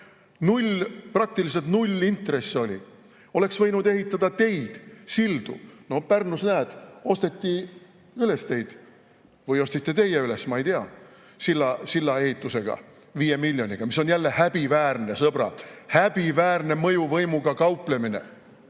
lahti, praktiliselt null intress oli, oleks võinud ehitada teid ja sildu. No Pärnus, näed, osteti üles teid. Või ostsite teie üles, ma ei tea, silla ehitusega, viie miljoniga. See on jälle häbiväärne, sõbrad! See on häbiväärne mõjuvõimuga kauplemine.